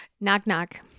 Knock-knock